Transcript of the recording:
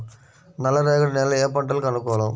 నల్లరేగడి నేలలు ఏ పంటలకు అనుకూలం?